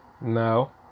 No